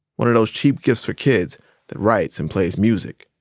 one of those cheap gifts for kids that writes and plays music.